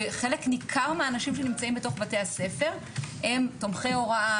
וחלק ניכר מהאנשים שנמצאים בתוך בתי הספר הם תומכי הוראה,